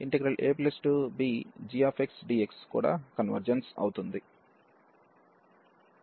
abfxdxకన్వెర్జెన్స్⟹abgxdxకన్వెర్జెన్స్అవుతుంది